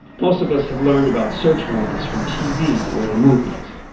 most of us have learned about search warrants from tv or the movies.